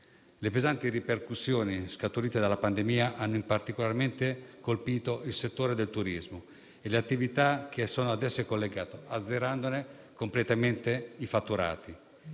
Le pesanti ripercussioni scaturite dalla pandemia hanno particolarmente colpito il settore del turismo e le attività ad esso collegate, azzerandone completamente i fatturati.